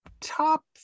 top